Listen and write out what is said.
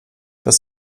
das